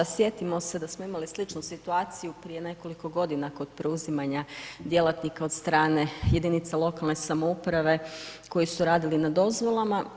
Sjetimo se da smo imali sličnu situaciju prije nekoliko godina kod preuzimanja djelatnica od strane jedinica lokalne samouprave koji su radili na dozvolama.